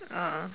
ah